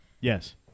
Yes